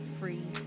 free